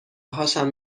هاشم